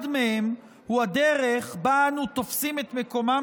אחד מהם הוא הדרך שבה אנו תופסים את מקומם